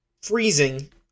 freezing